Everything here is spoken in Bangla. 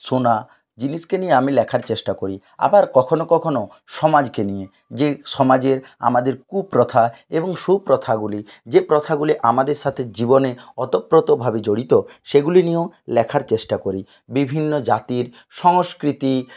শোনা জিনিসকে নিয়ে আমি লেখার চেষ্টা করি আবার কখনও কখনও সমাজকে নিয়ে যে সমাজের আমাদের কুপ্রথা এবং সুপ্রথাগুলি যে প্রথাগুলি আমাদের সাথে জীবনে ওতোপ্রতভাবে জড়িত সেগুলি নিয়েও লেখার চেষ্টা করি বিভিন্ন জাতির সংস্কৃতি